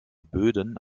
böden